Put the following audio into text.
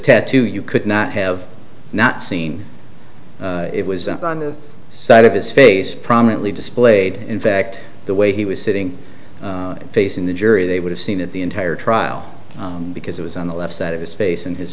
tattoo you could not have not seen it was on this side of his face prominently displayed in fact the way he was sitting facing the jury they would have seen it the entire trial because it was on the left side of his face and his